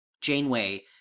Janeway